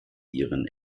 ihren